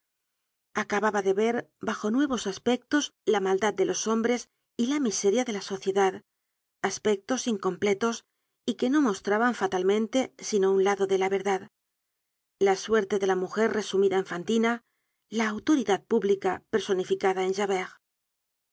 acababa de ver bajo nuevos aspectos la maldad de los hombres y la miseria de la sociedad aspectos incompletos y que no mostraban fatalmente sino un lado de la verdad la suerte de la mujer resumida en fantina la autoridad pública personificada en